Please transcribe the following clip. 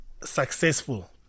successful